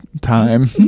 time